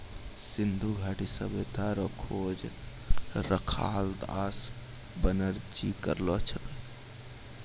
सिन्धु घाटी सभ्यता रो खोज रखालदास बनरजी करलो छै